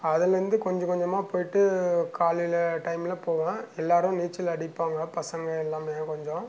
அதிலேந்து கொஞ்ச கொஞ்சமாக போயிட்டு காலையில் டைமில் போவேன் எல்லோரும் நீச்சல் அடிப்பாங்க பசங்க எல்லாமே கொஞ்சம்